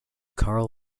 carl